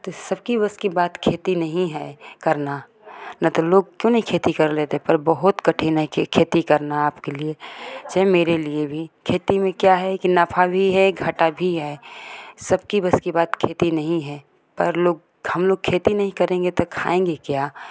सबके बस की बात खेती नहीं है करना न तो लोग क्यों नहीं खेती कर लेते पर बहुत कठिन है खेती करना आपके लिए चाहे मेरे लिये भी खेती में क्या है कि नाफा भी घाटा भी है सबके बस की बात खेती नहीं है पर लोग हम लोग खेती नही करेंगे तो खायेंगे क्या